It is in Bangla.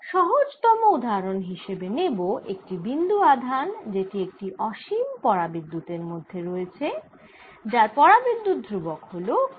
সহজতম উদাহরন হিসেবে নেব একটি বিন্দু আধান যেটি একটি অসীম পরাবিদ্যুতের মধ্যে রয়েছে যার পরাবিদ্যুত ধ্রুবক হল K